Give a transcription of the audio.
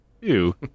Ew